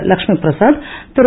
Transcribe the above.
Lakshmi Prasad Thiru